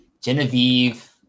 genevieve